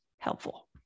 helpful